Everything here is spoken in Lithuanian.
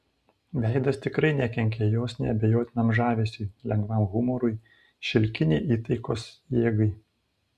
veidas tikrai nekenkė jos neabejotinam žavesiui lengvam humorui šilkinei įtaigos jėgai